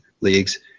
leagues